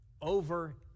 over